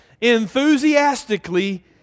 enthusiastically